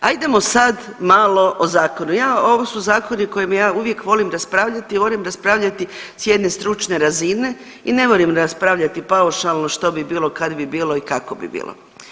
Ajdemo sad malo o zakonu, ja, ovo su zakoni o kojim ja uvijek volim raspravljati, volim raspravljati s jedne stručne razine i ne volim raspravljati paušalno što bi bilo kad bi bilo i kako bi bilo.